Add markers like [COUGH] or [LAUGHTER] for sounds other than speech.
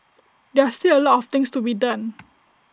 there are still A lot of things to be done [NOISE]